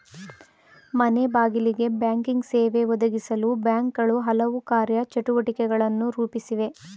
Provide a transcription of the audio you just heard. ಮನೆಬಾಗಿಲಿಗೆ ಬ್ಯಾಂಕಿಂಗ್ ಸೇವೆ ಒದಗಿಸಲು ಬ್ಯಾಂಕ್ಗಳು ಹಲವು ಕಾರ್ಯ ಚಟುವಟಿಕೆಯನ್ನು ರೂಪಿಸಿವೆ